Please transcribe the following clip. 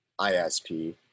ISP